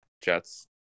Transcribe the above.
Jets